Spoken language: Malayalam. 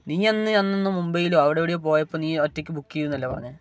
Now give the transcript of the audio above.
നീ അന്ന് അന്നൊന്ന് മുംബൈലോ അവിടെ എവിടെയൊ പോയപ്പോൾ നീ ഒറ്റയ്ക്ക് ബുക്ക് ചെയ്തന്നല്ലേ പറഞ്ഞെത്